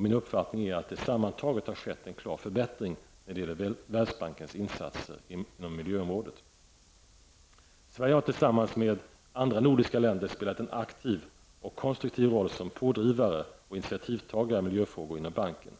Min uppfattning är att det sammantaget har skett en klar förbättring när det gäller Världsbankens insatser på miljöområdet. Sverige har tillsammans med andra nordiska länder spelat en aktiv och konstruktiv roll som pådrivare och initiativtagare i miljöfrågor inom banken.